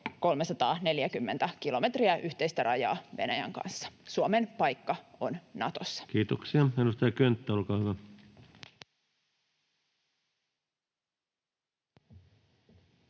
340 kilometriä yhteistä rajaa Venäjän kanssa. Suomen paikka on Natossa. Kiitoksia. — Edustaja Könttä, olkaa hyvä.